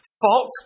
false